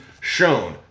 shown